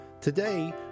Today